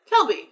Kelby